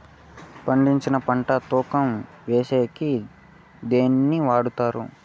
పండించిన పంట తూకం వేసేకి దేన్ని వాడతారు?